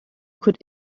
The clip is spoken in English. could